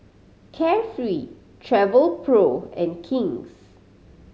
Carefree Travelpro and King's